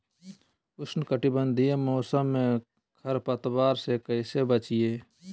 उष्णकटिबंधीय मौसम में खरपतवार से कैसे बचिये?